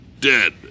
dead